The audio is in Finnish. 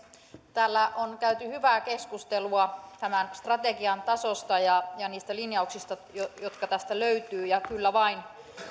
täällä on käyty hyvää keskustelua tämän strategian tasosta ja ja niistä linjauksista jotka tästä löytyvät ja kyllä vain